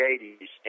80s